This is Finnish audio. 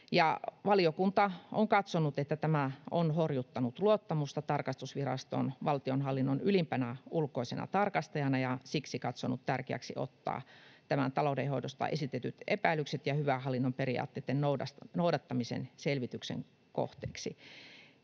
Valiokunta on katsonut, että tämä on horjuttanut luottamusta tarkastusvirastoon valtionhallinnon ylimpänä ulkoisena tarkastajana, ja siksi katsonut tärkeäksi ottaa tämän taloudenhoidosta esitetyt epäilykset ja hyvän hallinnon periaatteiden noudattamisen selvityksen kohteeksi.